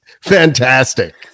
fantastic